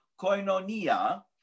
koinonia